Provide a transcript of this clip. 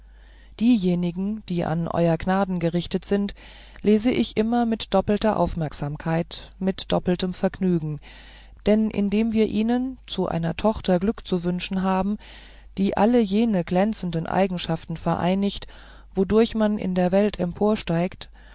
diejenigen die an euer gnaden gerichtet sind lese ich immer mit doppelter aufmerksamkeit mit doppeltem vergnügen denn indem wir ihnen zu einer tochter glück zu wünschen haben die alle jene glänzenden eigenschaften vereinigt wodurch man in der welt